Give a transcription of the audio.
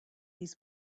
his